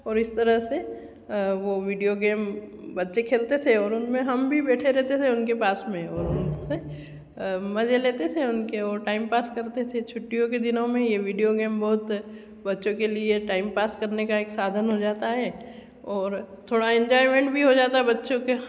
और इस तरह से वो वीडियो गेम बच्चे खेलते थे और उनमें हम भी बैठे रहते थे उनके पास में मजे लेते थे उनके वो टाइम पास करते थे छुट्टियों के दिनों में ये वीडियो गेम बच्चों के लिए टाइम पास करने का एक साधन हो जाता है और थोड़ा इन्जॉयमेंट भी हो जाता है बच्चों का